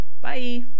Bye